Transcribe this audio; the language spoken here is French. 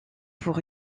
pour